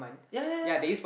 ya ya ya